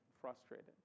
frustrated